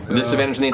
disadvantage on the